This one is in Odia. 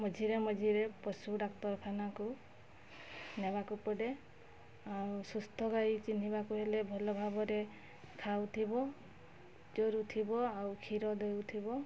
ମଝିରେ ମଝିରେ ପଶୁ ଡାକ୍ତରଖାନାକୁ ନେବାକୁ ପଡ଼େ ଆଉ ସୁସ୍ଥ ଗାଈ ଚିହ୍ନିବାକୁ ହେଲେ ଭଲ ଭାବରେ ଖାଉଥିବ ଚରୁଥିବ ଆଉ କ୍ଷୀର ଦେଉଥିବ